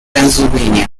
pennsylvania